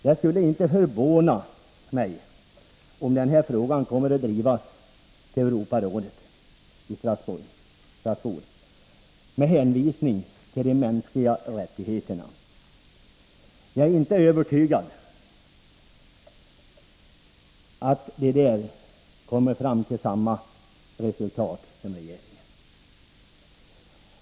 Det skulle inte förvåna mig om den här frågan kommer att drivas till Europarådet i Strasbourg, med hänvisning till de mänskliga rättigheterna. Jag är inte övertygad om att man där kommer fram till samma resultat som regeringen.